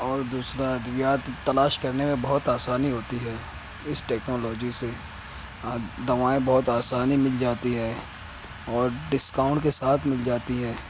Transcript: اور دوسرا ادویات تلاش کرنے میں بہت آسانی ہوتی ہے اس ٹیکنالوجی سے دوائیں بہت آسانی مل جاتی ہے اور ڈسکاؤنٹ کے ساتھ مل جاتی ہے